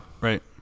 right